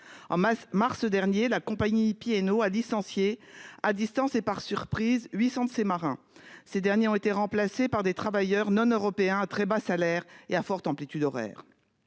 En mars dernier, la compagnie P&O Ferries a licencié, à distance et par surprise, 800 de ses marins, qui ont été remplacés par des travailleurs non européens à très bas salaires et soumis à de fortes amplitudes horaires.